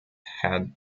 had